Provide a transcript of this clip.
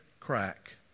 Crack